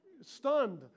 stunned